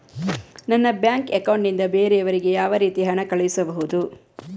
ನನ್ನ bank account ನಿಂದ ಬೇರೆಯವರಿಗೆ ಯಾವ ರೀತಿ ಹಣ ಕಳಿಸಬಹುದು?